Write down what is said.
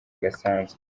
gasanzwe